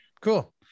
Cool